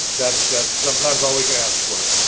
that's, that sometimes all we can ask for.